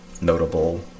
notable